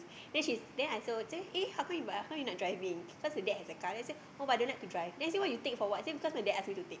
then she then I told her eh how come eh how come you not driving cause the dad has a car then she say oh I don't like to drive then I say then you take for what then she say oh cause my dad ask me to take